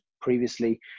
previously